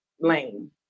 lane